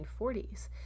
1940s